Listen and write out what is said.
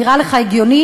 נראה לך הגיוני?